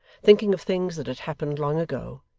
thinking of things that had happened long ago,